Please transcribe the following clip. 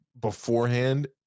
beforehand